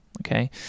Okay